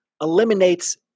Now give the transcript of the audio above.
eliminates